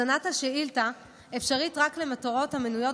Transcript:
הזנת השאילתה אפשרית רק למטרות המנויות